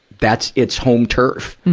that's its home turf,